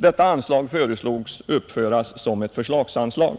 Detta anslag föreslogs uppföras som ett förslagsanslag.